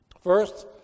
First